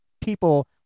people